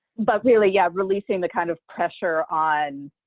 but really, yeah, releasing the kind of pressure on,